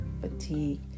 fatigue